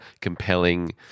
compelling